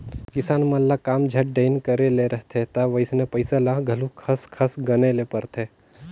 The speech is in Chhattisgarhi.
किसान मन ल काम झट दाएन करे ले रहथे ता वइसने पइसा ल घलो खस खस गने ले परथे